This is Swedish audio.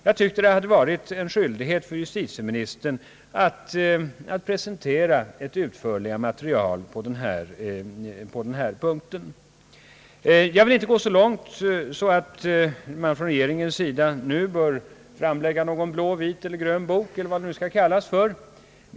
Jag tycker att det hade varit en skyldighet för justitieministern att presentera ett utförligare material på denna punkt. Jag vill inte gå så långt att jag menar att regeringen nu bör framlägga någon blå, vit eller grön bok.